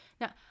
now